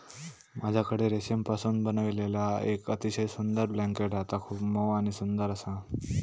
माझ्याकडे रेशीमपासून बनविलेला येक अतिशय सुंदर ब्लँकेट हा ता खूप मऊ आणि सुंदर आसा